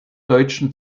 deutschen